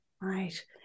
right